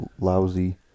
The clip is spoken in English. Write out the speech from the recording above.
lousy